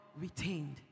retained